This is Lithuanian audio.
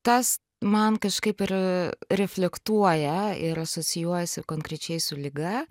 tas man kažkaip ir reflektuoja ir asocijuojasi konkrečiai su liga